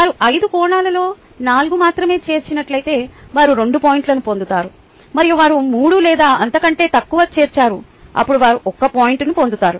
వారు 5 కోణాలలో 4 మాత్రమే చేర్చినట్లయితే వారు 2 పాయింట్లను పొందుతారు మరియు వారు 3 లేదా అంతకంటే తక్కువ చేర్చారు అప్పుడు వారు 1 పాయింట్ పొందుతారు